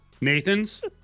Nathans